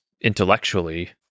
intellectually